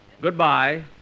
Goodbye